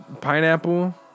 pineapple